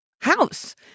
house